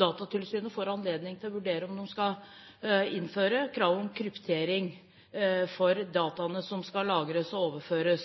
Datatilsynet får anledning til å vurdere om de skal innføre krav om kryptering for dataene som skal lagres og overføres.